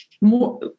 more